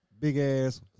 big-ass